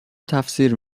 تفسیر